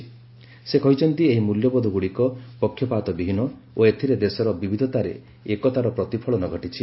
ପ୍ରଧାନମନ୍ତ୍ରୀ କହିଛନ୍ତି ଏହି ମୂଲ୍ୟବୋଧଗୁଡ଼ିକ ପକ୍ଷପାତବିହୀନ ଓ ଏଥିରେ ଦେଶର ବିବିଧତାରେ ଏକତାର ପ୍ରତିଫଳନ ଘଟିଛି